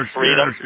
freedom